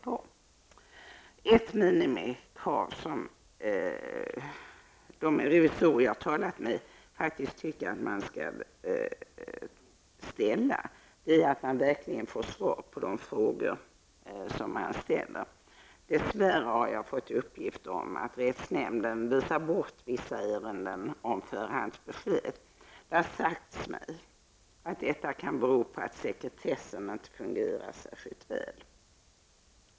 Ett minimikrav som de revisorer som jag har talat med faktiskt tycker skall kunna ställas är att man verkligen får svar på de frågor som man ställer. Dess värre har jag fått uppgifter om att rättsnämnden viftar bort vissa ärenden om förhandsbesked. Det har sagts mig att det kan bero på att sekretessen inte fungerar särskilt väl.